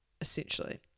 essentially